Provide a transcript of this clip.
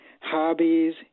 hobbies